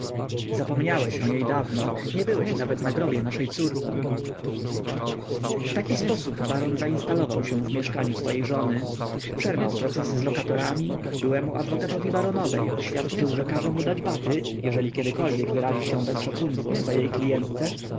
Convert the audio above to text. zapomniałeś o niej dawno nie byłeś nawet na grobie naszej córki w taki sposób baron zainstalował się w mieszkaniu swojej żony przerwał procesy z lokatorami byłemu adwokatowi baronowej oświadczył że każe mu dać baty jeżeli kiedykolwiek wyrazi się bez szacunku o swojej klijentce